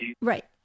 right